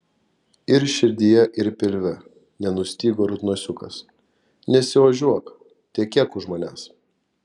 ir širdyje ir pilve nenustygo rudnosiukas nesiožiuok tekėk už manęs